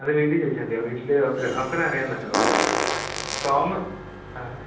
അത് വീട്ടിൽ ചോദിച്ചാൽ മതി വീട്ടിൽ അപ്പന് അപ്പന് അറിയാമെന്നാണ് എന്നോട് പറഞ്ഞത് ടോം ആ